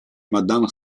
madame